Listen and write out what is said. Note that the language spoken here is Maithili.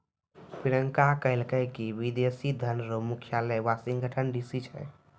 प्रियंका कहलकै की विदेशी धन रो मुख्यालय वाशिंगटन डी.सी छै